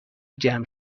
جمع